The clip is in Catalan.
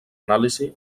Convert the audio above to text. anàlisi